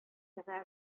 чыга